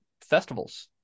festivals